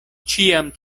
ĉiam